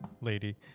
lady